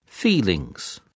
Feelings